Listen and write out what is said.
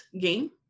game